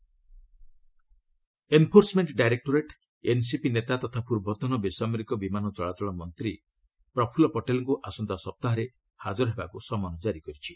ED Praful Patel enforcement directorate NCP ନେତା ତଥା ପୂର୍ବତନ ବେସାମରିକ ବିମାନ ଚଳାଚଳ ବିମାନ ମନ୍ତ୍ରୀ ପ୍ରଫୁଲ୍ଲ୍ ପଟେଲ୍ଙ୍କୁ ଆସନ୍ତା ସପ୍ତାହରେ ହାକର ହେବାକୁ ସମନ୍ ଜାରି କରିଛି